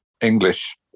English